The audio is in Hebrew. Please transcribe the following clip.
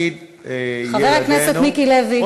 ולעתיד ילדינו, סליחה, חבר הכנסת מיקי לוי.